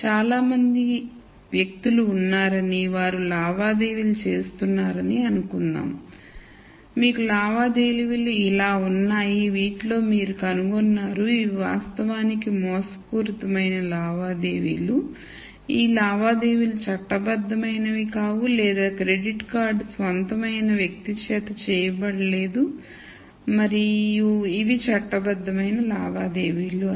చాలా మంది వ్యక్తులు ఉన్నారని వారు లావాదేవీలు చేస్తున్నారని అనుకుందాం మరియు మీకు లావాదేవీలు ఇలా ఉన్నాయి వీటిలో మీరు కనుగొన్నారు ఇవి వాస్తవానికి మోసపూరిత లావాదేవీలు ఈ లావాదేవీలు చట్టబద్ధమైనవి కావు లేదా క్రెడిట్ కార్డ్ స్వంతం అయిన వ్యక్తి చేత చేయబడలేదు మరియు ఇవి చట్టబద్ధమైన లావాదేవీలు అని